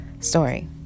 Story